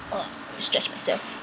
ugh stretch myself